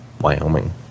Wyoming